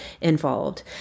involved